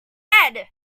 ahead